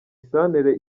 santere